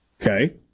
Okay